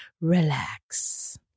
RELAX